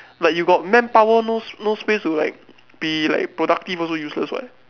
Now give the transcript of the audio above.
like you got manpower no no space to like be like productive also useless [what]